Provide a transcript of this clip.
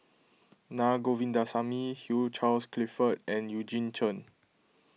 Naa Govindasamy Hugh Charles Clifford and Eugene Chen